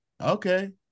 Okay